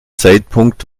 zeitpunkt